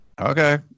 Okay